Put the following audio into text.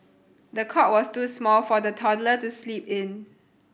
the cot was too small for the toddler to sleep in